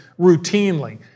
routinely